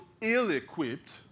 ill-equipped